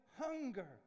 hunger